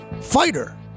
Fighter